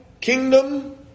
kingdom